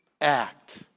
act